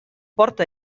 porta